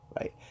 right